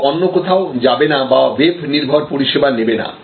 ছাত্র অন্য কোথাও যাবে না বা ওয়েব নির্ভর পরিষেবা নেবে না